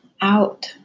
out